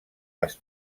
les